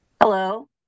hello